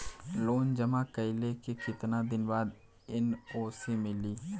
Loan जमा कइले के कितना दिन बाद एन.ओ.सी मिली?